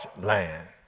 land